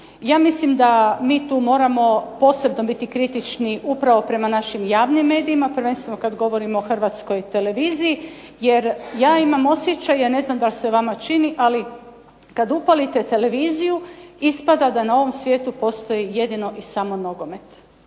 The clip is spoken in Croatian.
ja mislim da mi tu moramo posebno biti kritični upravo prema našim javnim medijima prvenstveno kada govorimo o HRT-i jer ja imam osjećaj ne znam da li se vama čini, ali kada upalite televiziju ispada da na ovom svijetu postoji jedino i samo nogomet.